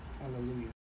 Hallelujah